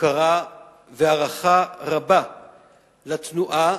הוקרה והערכה רבה לתנועה,